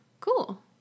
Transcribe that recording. Cool